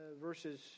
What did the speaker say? verses